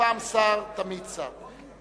פעם שר תמיד שר.